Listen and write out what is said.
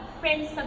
friends